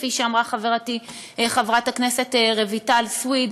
כפי שאמרה חברתי חברת הכנסת רויטל סויד.